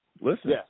Listen